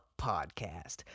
podcast